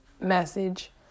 message